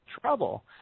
trouble